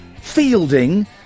Fielding